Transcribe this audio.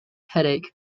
headache